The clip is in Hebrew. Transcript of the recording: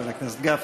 חבר הכנסת גפני.